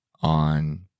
on